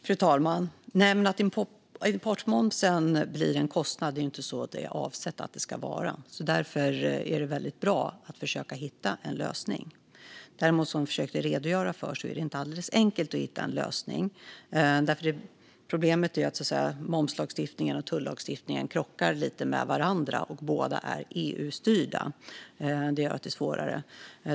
Fru talman! Det är inte avsett att importmomsen ska bli en kostnad. Därför är det väldigt bra att försöka hitta en lösning. Däremot, som jag försökte redogöra för, är det inte alldeles enkelt att hitta en lösning. Problemet är att momslagstiftningen och tullagstiftningen krockar lite med varandra, och båda är EU-styrda. Det gör det svårare.